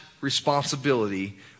responsibility